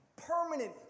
Permanent